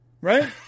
Right